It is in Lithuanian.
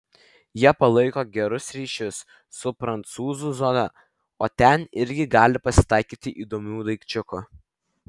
jie palaiko gerus ryšius su prancūzų zona o ten irgi gali pasitaikyti įdomių daikčiukų